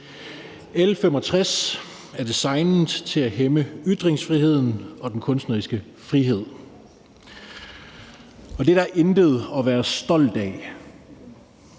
L 65 er designet til at hæmme ytringsfriheden og den kunstneriske frihed, og det er intet at være stolt af.